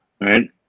right